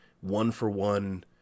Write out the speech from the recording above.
one-for-one